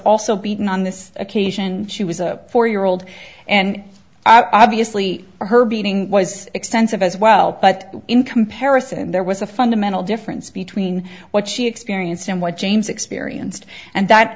also beaten on this occasion she was a four year old and obviously her beating was extensive as well but in comparison there was a fundamental difference between what she experienced and what james experienced and that